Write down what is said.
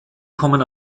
kommen